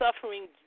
suffering